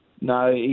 no